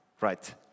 right